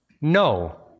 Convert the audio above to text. no